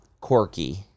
quirky